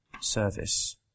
service